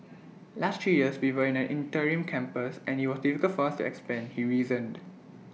last three years we were in an interim campus and IT was difficult for us expand he reasoned